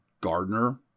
Gardner